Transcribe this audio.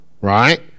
right